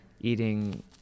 eating